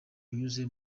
unyuze